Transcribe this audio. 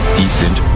decent